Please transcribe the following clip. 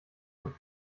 und